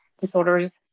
disorders